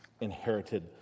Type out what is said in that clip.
inherited